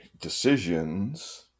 decisions